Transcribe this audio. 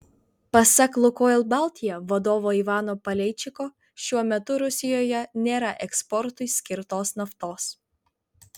pasak lukoil baltija vadovo ivano paleičiko šiuo metu rusijoje nėra eksportui skirtos naftos